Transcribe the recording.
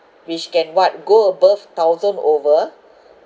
which can [what] go above thousand over